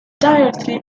directly